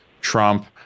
Trump